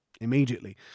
immediately